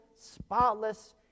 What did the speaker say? spotless